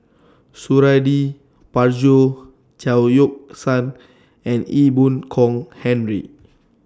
Suradi Parjo Chao Yoke San and Ee Boon Kong Henry